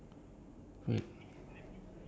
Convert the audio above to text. so we got about six more minutes